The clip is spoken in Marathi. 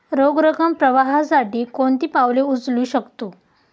रोख रकम प्रवाहासाठी कोणती पावले उचलू शकतो?